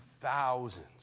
thousands